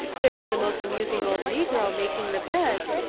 there was the most amusing old negro making the beds,